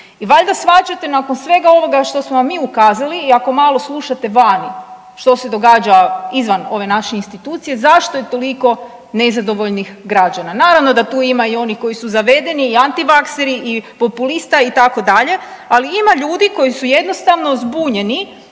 I valjda shvaćate nakon svega ovoga što samo vam mi ukazali i ako malo slušate vani što se događa izvan ove naše institucije zašto je toliko nezadovoljnih građana. Naravno da tu ima i onih koji su zavedeni, i antivakseri, i populista itd. Ali ima ljudi koji su jednostavno zbunjeni